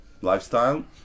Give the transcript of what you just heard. lifestyle